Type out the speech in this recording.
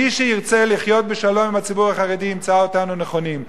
מי שירצה לחיות בשלום עם הציבור החרדי ימצא אותנו נכונים,